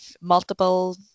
multiple